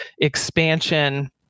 expansion